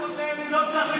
אל תודה לי, לא צריך.